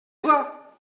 toi